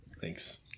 Thanks